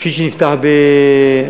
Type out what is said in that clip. כפי שנפתח בכרמיאל,